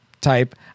type